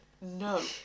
no